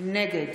נגד